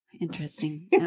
Interesting